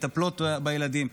מטפלות בילדים,